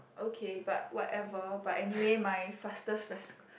okay but whatever but anyway my fastest was